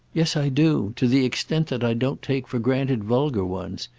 yes, i do to the extent that i don't take for granted vulgar ones.